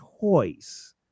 choice